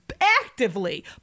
actively